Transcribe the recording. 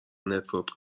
نتورک